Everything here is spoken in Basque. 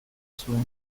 zuen